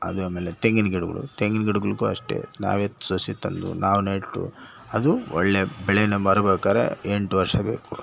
ಅದು ಆಮೇಲೆ ತೆಂಗಿನ ಗಿಡಗಳು ತೆಂಗಿನ ಗಿಡಗಳಿಗೂ ಅಷ್ಟೆ ನಾವೇ ಸಸಿ ತಂದು ನಾವು ನೆಟ್ಟು ಅದು ಒಳ್ಳೆಯ ಬೆಳೆನೇ ಬರ್ಬೇಕಾರೆ ಎಂಟು ವರ್ಷ ಬೇಕು